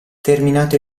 terminato